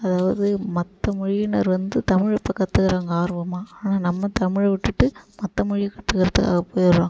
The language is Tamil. அதாவது மற்ற மொழியினர் வந்து தமிழை இப்போ கற்றுக்குறாங்க ஆர்வமாக ஆனால் நம்ம தமிழை விட்டுட்டு மற்ற மொழியை கற்றுக்கறதுக்காக போயிட்றோம்